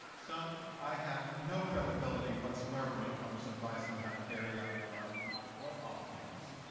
son, i have no credibility whatsoever when it comes to advice on how to carry out your life on or off campus.